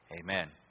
Amen